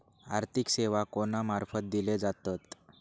आर्थिक सेवा कोणा मार्फत दिले जातत?